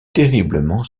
terriblement